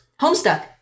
Homestuck